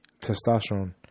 testosterone